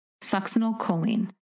succinylcholine